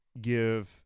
give